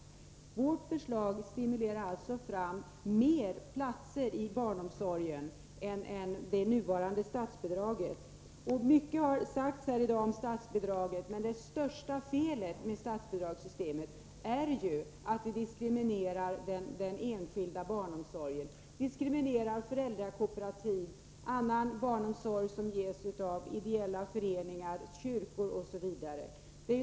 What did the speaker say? Vårt förslag stimulerar alltså fram fler platser i barnomsorgen än det nuvarande statsbidraget. Mycket har i dag sagts om statsbidragssystemet. Det största felet med nuvarande statsbidragssystem är att det diskriminerar den enskilda barnomsorgen — föräldrakooperativ, annan barnomsorg som ges av ideella föreningar, kyrkor osv.